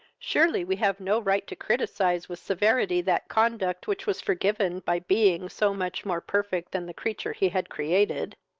surely we have no right to criticise with severity that conduct which was forgiven by being so much more perfect than the creature he had created.